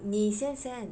你先 send